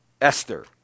Esther